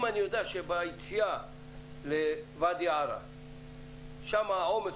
אם אני יודע שביציאה לוואדי ערה שם העומס